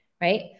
right